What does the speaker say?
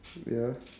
ya